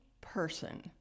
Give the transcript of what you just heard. person